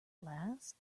last